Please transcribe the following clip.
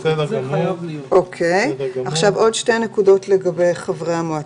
שתי נקודות נוספות לגבי חברי המועצה: